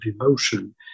emotion